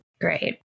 Great